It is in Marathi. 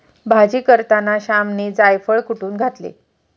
भाजी करताना श्यामने जायफळ कुटुन घातले